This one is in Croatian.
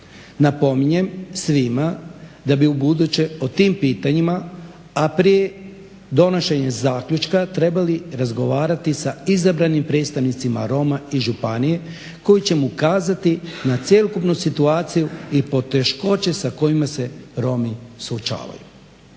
Napominjem svima da bi ubuduće o tim pitanjima, a prije donošenja zaključka trebali razgovarati sa izabranim predstavnicima Roma iz županije koji će mu ukazati na cjelokupnu situaciju i poteškoće sa kojima se Romi suočavaju.